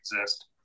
exist